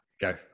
Go